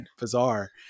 bizarre